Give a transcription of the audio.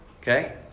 Okay